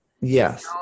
yes